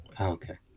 okay